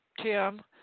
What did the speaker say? Tim